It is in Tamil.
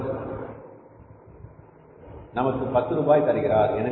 அவர் நமக்கு பத்து ரூபாய் தருகிறார்